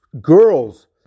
girls